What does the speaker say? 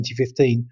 2015